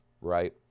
right